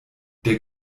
der